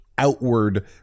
Outward